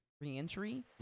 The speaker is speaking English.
re-entry